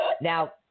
Now